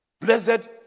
blessed